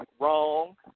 Wrong